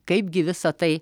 kaipgi visa tai